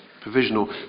Provisional